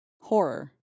Horror